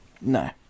No